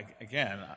again